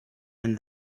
and